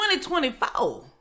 2024